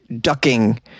ducking